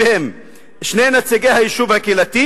והם: שני נציגי היישוב הקהילתי"